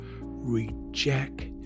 reject